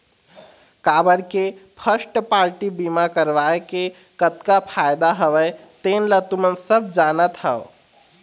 काबर के first party बीमा करवाय के कतका फायदा हवय तेन ल तुमन सब जानत हव